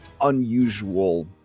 unusual